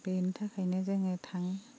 बेनि थाखायनो जोङो थाङो